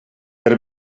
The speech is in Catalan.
per